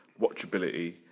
watchability